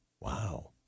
Wow